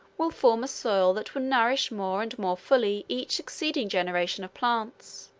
will form a soil that will nourish more and more fully each succeeding generation of plants.